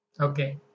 Okay